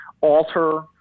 alter